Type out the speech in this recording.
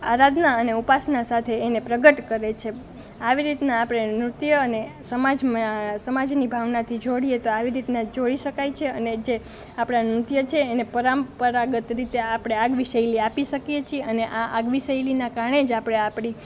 આરાધના અને ઉપાસના સાથે એને પ્રગટ કરે છે આવી રીતના આપણે નૃત્ય અને સમાજ સમાજની ભાવનાથી જોડીએ તો આવી રીતના જોઈ શકાય છે અને જે આપણાં નૃત્ય છે એને પરંપરાગત રીતે આપણે આગવી શૈલી આપી શકીએ છીએ અને આ આગવી શૈલીના કારણે જ આપણે આપણી